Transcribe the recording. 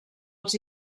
els